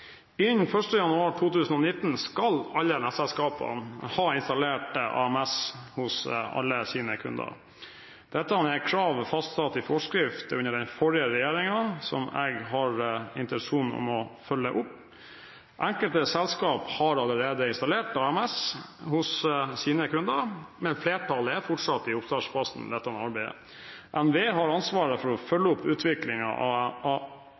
Innen 1. januar 2019 skal alle nettselskapene ha installert AMS hos alle sine kunder. Dette er krav fastsatt i forskrift under den forrige regjeringen, som jeg har intensjoner om å følge opp. Enkelte selskaper har allerede installert AMS hos sine kunder, men flertallet er fortsatt i oppstartsfasen med dette arbeidet. NVE har ansvaret for å følge opp utviklingen av